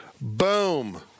Boom